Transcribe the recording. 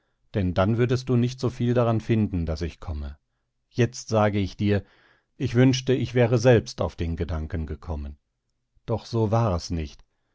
denn dann würdest du nicht soviel daran finden daß ich komme jetzt sage ich dir ich wünschte ich wäre selbst auf den gedanken gekommen doch so war es nicht